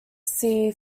see